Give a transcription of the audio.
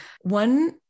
One